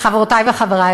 חברותי וחברי